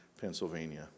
Pennsylvania